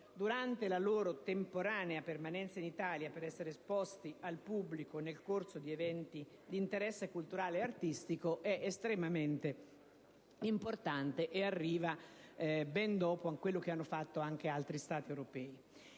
durante la loro temporanea permanenza in Italia per essere esposte al pubblico nel corso di eventi d'interesse culturale e artistico - è estremamente importante e arriva ben dopo quello che hanno fatto anche altri Stati europei.